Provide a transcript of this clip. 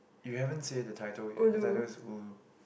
you haven't said the title yet the title is ulu